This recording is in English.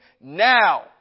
now